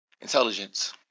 intelligence